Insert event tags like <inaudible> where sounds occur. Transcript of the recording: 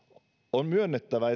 on myönnettävä <unintelligible>